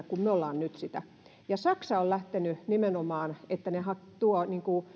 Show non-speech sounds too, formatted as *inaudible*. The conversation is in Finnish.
*unintelligible* kun me olemme nyt sitä saksa on lähtenyt nimenomaan siihen että ne tuovat